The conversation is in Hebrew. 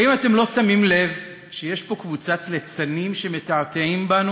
האם אתם לא שמים לב שיש פה קבוצת ליצנים שמתעתעים בנו,